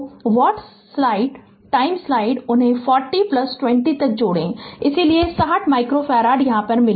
तो what's slide time slide टाइमउन्हें 40 20 तक जोड़ें इसलिए 60 माइक्रोफ़ारड यहाँ मिलेगा